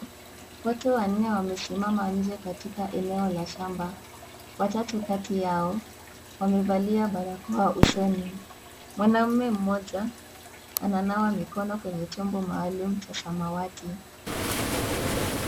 Watu wanne wamesimama nje katika eneo la shamba. Watatu kati yao, wamevalia barakoa usoni. Mwanamme mmoja ananawa mikono kwenye chombo maalum cha samawati.